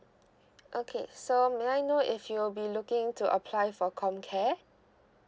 okay so may I know if you will be looking to apply for C O M_C A R E